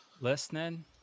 listening